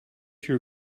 your